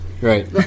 right